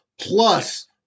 plus